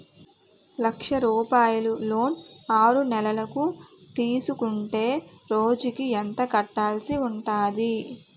లక్ష రూపాయలు లోన్ ఆరునెలల కు తీసుకుంటే రోజుకి ఎంత కట్టాల్సి ఉంటాది?